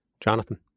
Jonathan